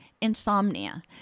insomnia